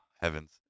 Heavens